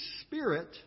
Spirit